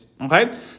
Okay